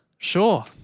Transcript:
Sure